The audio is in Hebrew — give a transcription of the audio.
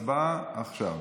הצבעה עכשיו.